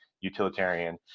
utilitarian